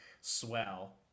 swell